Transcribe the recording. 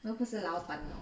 又不是老板